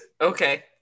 Okay